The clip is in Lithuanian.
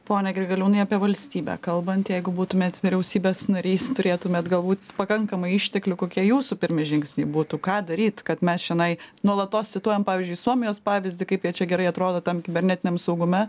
pone grigaliūnai apie valstybę kalbant jeigu būtumėt vyriausybės narys turėtumėt galbūt pakankamai išteklių kokie jūsų pirmi žingsniai būtų ką daryt kad mes čionai nuolatos cituojam pavyzdžiui suomijos pavyzdį kaip jie čia gerai atrodo tam kibernetiniam saugume